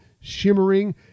shimmering